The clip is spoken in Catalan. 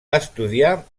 estudià